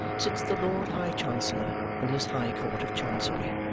sits the lord high chancellor in his high court of chancery.